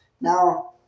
Now